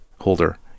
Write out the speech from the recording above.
holder